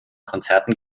konzerten